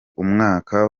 umwaka